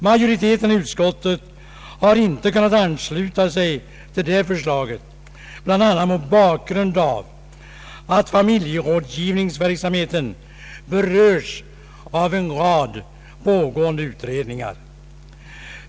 Majoriteten i utskottet har inte kunnat ansluta sig till detta förslag, bl.a. mot bakgrund av att familjerådgivningsverksamheten berörs av en rad pågående utredningar.